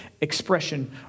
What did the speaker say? expression